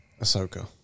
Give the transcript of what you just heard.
Ahsoka